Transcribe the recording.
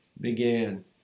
began